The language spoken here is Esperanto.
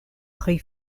pri